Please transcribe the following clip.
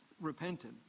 repented